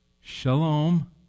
shalom